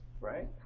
right